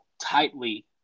tightly